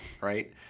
right